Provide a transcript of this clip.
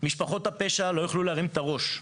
משפחות הפשע לא יוכלו להרים את הראש.